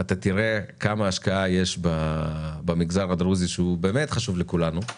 אתה תראה כמה השקעה יש במגזר הדרוזי שהוא באמת חשוב לכולנו.